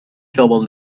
trouble